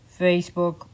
Facebook